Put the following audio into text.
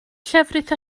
llefrith